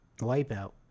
Wipeout